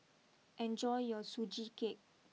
enjoy your Sugee Cake